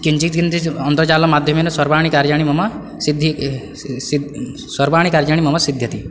किञ्चित् किञ्चित् अन्तर्जालमध्यमेन सर्वाणि कार्याणि मम सिद्धि सि सर्वाणि कार्याणि मम सिद्ध्यति